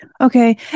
Okay